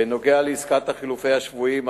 בנוגע לעסקת חילופי השבויים,